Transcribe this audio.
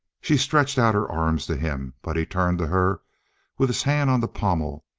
she stretched out her arms to him but he turned to her with his hand on the pommel,